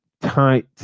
tight